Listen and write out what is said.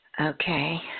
Okay